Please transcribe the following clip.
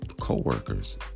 co-workers